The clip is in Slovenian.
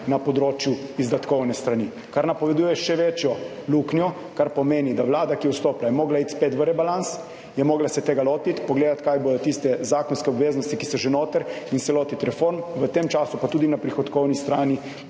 na področju izdatkovne strani, kar napoveduje še večjo luknjo, kar pomeni, da Vlada, ki je vstopila, je mogla iti spet v rebalans, je mogla se tega lotiti, pogledati, kaj bodo tiste **22. TRAK (VI) 11.45** (nadaljevanje) zakonske obveznosti, ki so že noter in se lotiti reform. V tem času, pa tudi na prihodkovni strani